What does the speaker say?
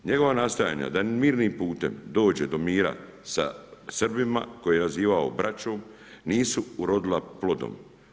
Njegova nastojanja da mirnim putem dođe do mira sa Srbima, koje je nazivao braćom, nisu urodila plodom.